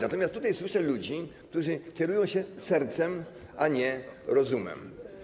Natomiast tutaj słyszę ludzi, którzy kierują się sercem, a nie rozumem.